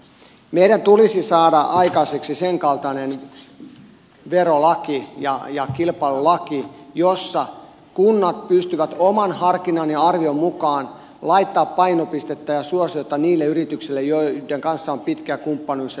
meidän tulisi saada aikaiseksi sen kaltainen verolaki ja kilpailulaki jossa kunnat pystyvät oman harkinnan ja arvion mukaan laittamaan painopistettä ja suosiota niille yrityksille joiden kanssa on pitkä kumppanuus ja yhteistyötoiminta ollut